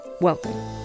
Welcome